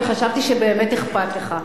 כי חשבתי שבאמת אכפת לך.